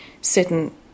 sitting